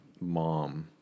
mom